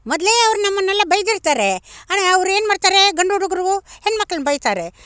ಮೊದಲೇ ಅವ್ರು ನಮ್ಮನ್ನೆಲ್ಲ ಬೈದಿರ್ತಾರೆ ಅವ್ರು ಏನು ಮಾಡ್ತಾರೆ ಗಂಡು ಹುಡುಗರು ಹೆಣ್ಮಕ್ಳನ್ನ ಬೈತಾರೆ